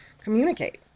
communicate